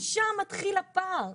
שם מתחיל הפער.